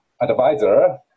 advisor